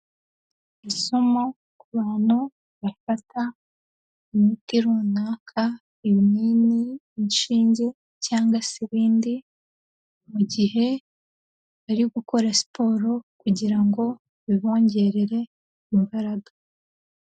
Isomo ku bantu bafata imiti runaka, ibinini, inshinge cyangwa se ibindi, mu gihe bari gukora siporo kugira ngo bibongerere imbaraga.